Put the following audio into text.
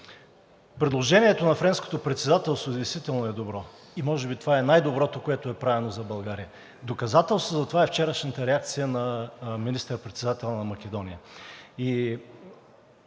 Предложението на Френското председателство действително е добро и може би това е най-доброто, което е правено за България. Доказателство за това е вчерашната реакция на министър-председателя на Македония.